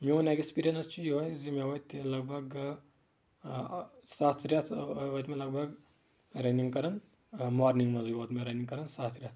میون experience چھُ یِہوے زِ مےٚ مارنِنٛگ منٛزے یوت مےٚ رننٛگ کرن ستھ رٮ۪تھ